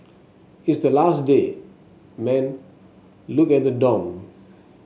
it's the last day man look at the dorm